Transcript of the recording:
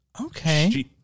Okay